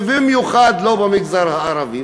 ובמיוחד לא במגזר הערבי,